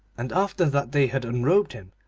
and after that they had unrobed him,